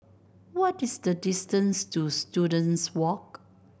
what is the distance to Students Walk